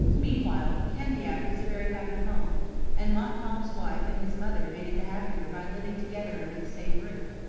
meanwhile, candiac was a very happy home and montcalm's wife and his mother made it the happier by living together under the same roof.